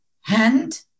hand